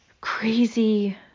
crazy